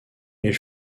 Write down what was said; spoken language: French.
elle